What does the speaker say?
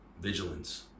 vigilance